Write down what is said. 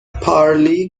پارلی